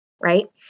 Right